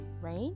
right